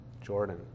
Jordan